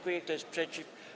Kto jest przeciw?